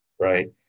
right